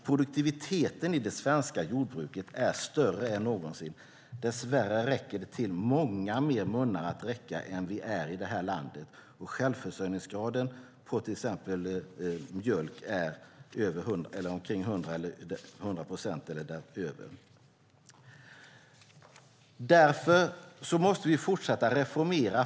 Produktiviteten i det svenska jordbruket är större än någonsin. Dess värre räcker det till många fler munnar än vi är i det här landet. Självförsörjningsgraden för till exempel mjölk är omkring hundra procent eller högre. Därför måste vi fortsätta reformera.